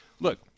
Look